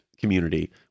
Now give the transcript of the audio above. community